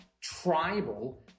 tribal